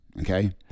okay